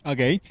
Okay，